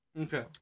Okay